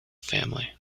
family